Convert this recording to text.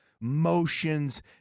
motions